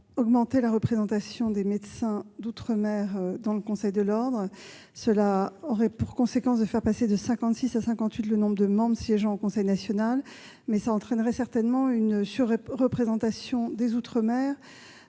d'accroître la représentation des médecins d'outre-mer dans le Conseil national de l'ordre. Une telle disposition aurait pour conséquence de faire passer de 56 à 58 le nombre de membres siégeant au Conseil national, mais elle entraînerait certainement une surreprésentation des outre-mer,